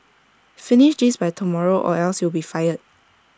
finish this by tomorrow or else you'll be fired